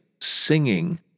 singing